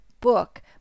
book